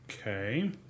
Okay